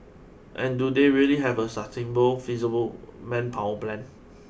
and do they really have a sustainable feasible manpower plan